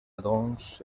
doncs